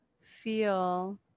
feel